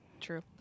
true